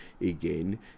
again